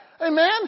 Amen